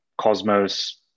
Cosmos